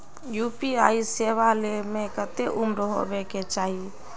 UPI सेवा ले में कते उम्र होबे के चाहिए?